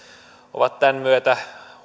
ovat tämän myötä